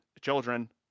children